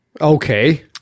Okay